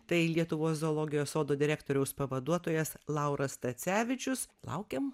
tai lietuvos zoologijos sodo direktoriaus pavaduotojas lauras stacevičius laukiam